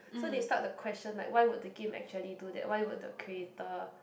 so they start the question like why would the game actually do that why would the creator